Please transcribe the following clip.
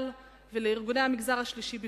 ולארגוני המגזר השלישי בפרט,